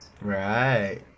right